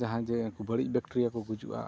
ᱡᱟᱦᱟᱸ ᱡᱮ ᱩᱱᱠᱩ ᱵᱟᱹᱲᱤᱡ ᱵᱮᱠᱴᱮᱨᱤᱭᱟ ᱠᱚ ᱜᱩᱡᱩᱜᱼᱟ